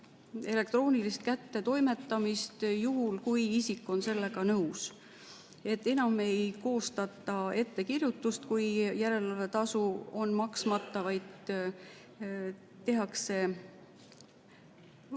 elektroonilist kättetoimetamist juhul, kui isik on sellega nõus. Enam ei koostata ettekirjutust, kui järelevalvetasu on maksmata, vaid lihtsalt